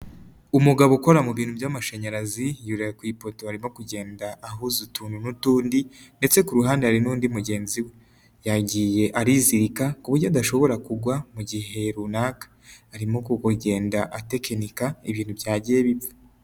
Umugabo ukora mu bintu by'amashanyarazi yuriye ku ipoto arimo kugenda ahuza utuntu n'utundi, ndetse ku ruhande hari n'undi mugenzi we, yagiye arizirika ku buryo adashobora kugwa mu gihe runaka, arimo kugenda atekinika ibintu byagiye bipfa.